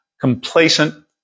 complacent